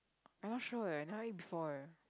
I'm not sure eh never eat before eh